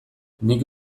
nik